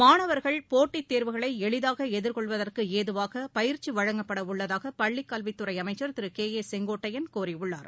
மாணவர்கள் போட்டித் தேர்வுகளைஎளிதாகஎதிர்கொள்வதற்குஏதுவாகபயிற்சிவழங்கப்படவுள்ளதாகபள்ளிகல்வித் துறைஅமைச்சர் திருகே ஏ செங்கோட்டையன் கூறியுள்ளார்